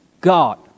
God